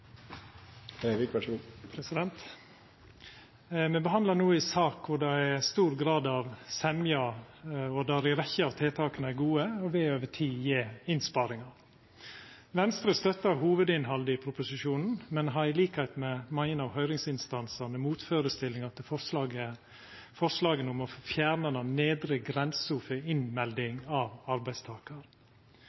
stor grad av semje, og der ei rekkje av tiltaka er gode og vil over tid gje innsparingar. Venstre støttar hovudinnhaldet i proposisjonen, men har i likskap med mange av høyringsinstansane motførestellingar til forslaget om å fjerna den nedre grensa for innmelding av